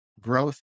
growth